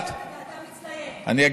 "יום אזכרה חטאיי אני אתחרטה,